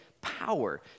power